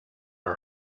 are